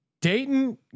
Dayton